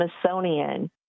Smithsonian